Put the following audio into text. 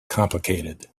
complicated